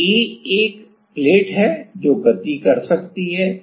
तो A A एक plate है जो गति कर सकती है